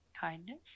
Kindness